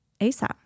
ASAP